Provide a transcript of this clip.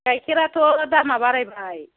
गाइखेराथ' दामा बारायबाय